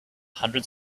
hundreds